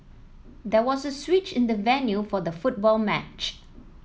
there was a switch in the venue for the football match